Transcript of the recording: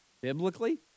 biblically